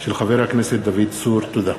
תודה.